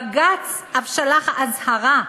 בג"ץ אף שלח אזהרה,